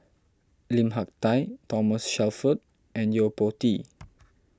Lim Hak Tai Thomas Shelford and Yo Po Tee